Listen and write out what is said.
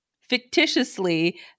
fictitiously